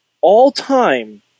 all-time